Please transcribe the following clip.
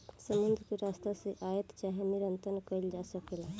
समुद्र के रस्ता से आयात चाहे निर्यात कईल जा सकेला